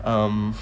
um